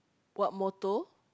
what motto